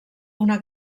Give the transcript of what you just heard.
una